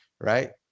right